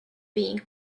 being